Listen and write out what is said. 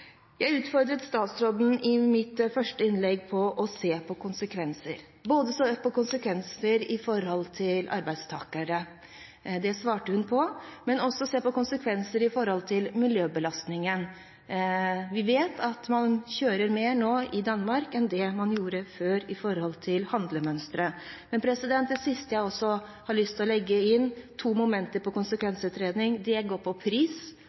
Jeg utfordret statsråden i mitt første innlegg til å se på konsekvenser, både med tanke på arbeidstakerne – det svarte hun på – og med tanke på miljøbelastningen. Vi vet at man kjører mer i Danmark nå enn det man gjorde før, på grunn av handlemønsteret. Det siste jeg har lyst til å legge inn, er to momenter til på konsekvensutredning. Det ene går på pris,